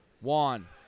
Juan